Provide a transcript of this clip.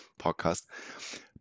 podcast